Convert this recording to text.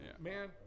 man